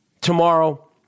tomorrow